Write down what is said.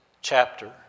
chapter